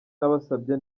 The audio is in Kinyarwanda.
nabasabye